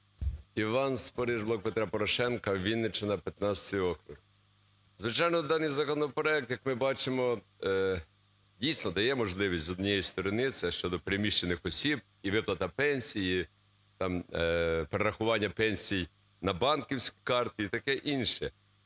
Іван Спориш, "Блок Петра Порошенка", Вінниччина, 15 округ. Звичайно, даний законопроект, як ми бачимо, дійсно дає можливість, з однієї сторони, це щодо переміщених осіб і виплата пенсії, там перерахування пенсій на банківську картку і таке інше.